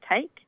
take